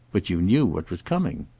but you knew what was coming.